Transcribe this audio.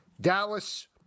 Dallas